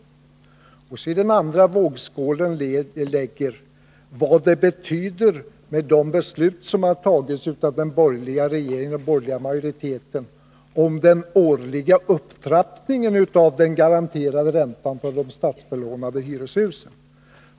Lägg sedan i den andra vad det beslut innebär som har fattats av den borgerliga regeringen och den borgerliga riksdagsmajoriteten om den årliga upptrappningen av den garanterade räntan i de statsbelånade hyreshusen.